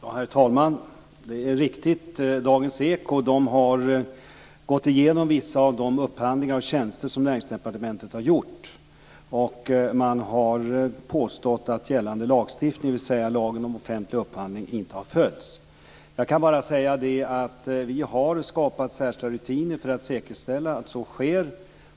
Herr talman! Det är riktigt att Dagens Eko har gått igenom vissa av de upphandlingar av tjänster som Näringsdepartementet har gjort, och man har påstått att gällande lagstiftning, dvs. lagen om offentlig upphandling, inte har följts. Jag kan bara säga att vi har skapat särskilda rutiner för att säkerställa att så sker.